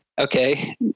okay